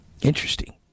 Interesting